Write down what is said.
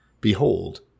Behold